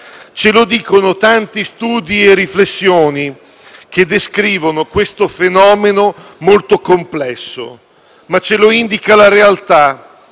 Ce lo dicono tanti studi e riflessioni, che descrivono questo fenomeno molto complesso. Ma ce lo indica la realtà,